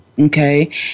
Okay